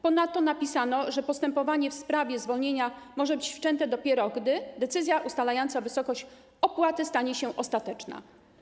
Ponadto napisano, że postępowanie w sprawie zwolnienia może być wszczęte dopiero, gdy decyzja ustalająca wysokość opłaty stanie się ostateczna.